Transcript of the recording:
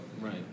Right